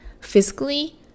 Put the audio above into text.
physically